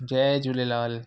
Jay Jhulelal